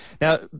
Now